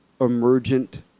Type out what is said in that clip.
emergent